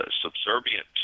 subservient